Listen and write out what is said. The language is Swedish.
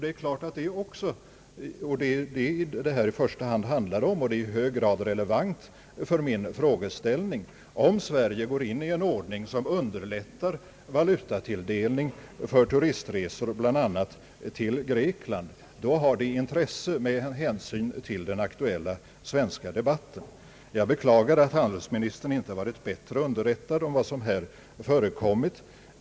Det är ju detta som det här i första hand handlar om, och det är i hög grad relevant för min frågeställning. Om Sverige tilllämpar en ordning som underlättar valutatilldelning för turistresor bl.a. till Grekland, har detta intresse med hänsyn till den aktuella svenska debatten. Jag beklagar att handelsministern inte varit bättre underrättad om vad som här har förekommit.